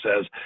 says